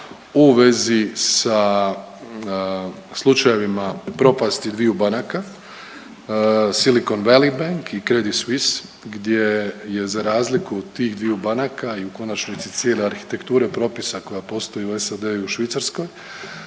u vezi sa slučajevima propasti dviju banaka, Silicon Valley Bank i Credit Suisse, gdje je za razliku od tih dviju banaka i u konačnici cijele arhitekture propisa koja postoji u SAD-u i u Švicarskoj